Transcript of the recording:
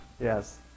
Yes